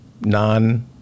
Non